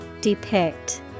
Depict